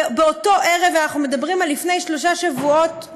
ובאותו ערב אנחנו מדברים על לפני שלושה שבועות,